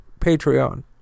Patreon